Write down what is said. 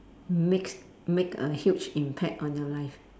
makes make a huge impact on your life